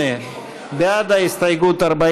ההסתייגות (23)